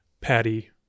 Patty